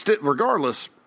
regardless